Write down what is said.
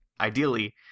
ideally